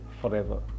forever